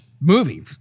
movie